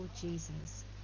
Jesus